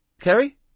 Kerry